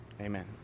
Amen